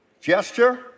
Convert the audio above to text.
gesture